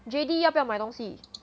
J_D 要不要买东西